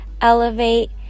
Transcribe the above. elevate